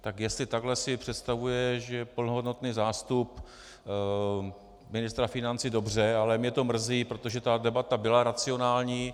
Tak jestli takhle si představuje, že je plnohodnotný zástup ministra financí, dobře, ale mě to mrzí, protože ta debata byla racionální.